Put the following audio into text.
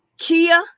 Kia